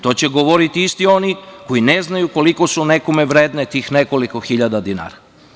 To će govoriti i isti oni koji ne znaju koliko su nekome vredni tih nekoliko hiljada dinara.